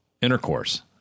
intercourse